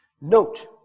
Note